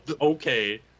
Okay